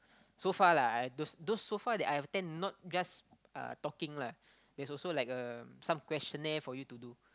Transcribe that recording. so far lah I those those so far that I've attend not just uh talking lah there's also like a some questionnaire for you to do